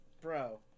bro